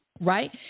right